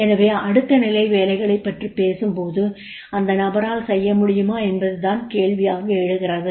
எனவே அடுத்த நிலை வேலைகளைப் பற்றி நாம் பேசும்போது அந்த நபரால் செய்ய முடியுமா என்பதுதான் கேள்வியாக எழுகிறது